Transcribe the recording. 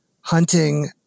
hunting